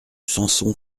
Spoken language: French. samson